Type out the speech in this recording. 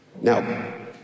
Now